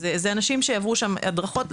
זה אנשים שיעברו שם הדרכות.